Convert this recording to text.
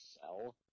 sell